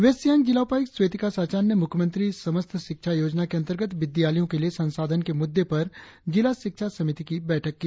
waste Siang जिला उपायुक्त स्वेतिका साचान ने मुख्यमंत्री समस्त शिक्षा योजना के अंतर्गत विद्यालयों के लिए संसाधन के मुद्दे पर जिला शिक्षा समिति की बैठक की